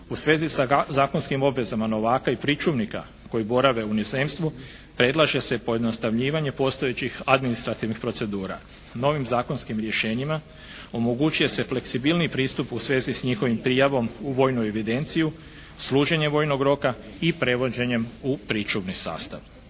U svezi sa zakonskim obvezama novaka i pričuvnika koji borave u inozemstvu predlaže se pojednostavnjivanje postojećih administrativnih procedura. Novim zakonskim rješenjima omogućuje se fleksibilniji pristup u svezi s njihovim prijavom u vojnu evidenciju, služenje vojnog roka i prevođenjem u pričuvni sastav.